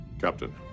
Captain